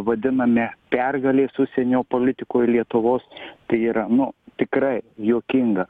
vadinami pergalės užsienio politikoj lietuvos tai yra nu tikrai juokinga